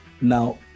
Now